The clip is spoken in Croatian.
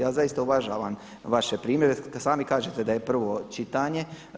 Ja zaista uvažavam vaše primjedbe, sami kažete da je prvo čitanje.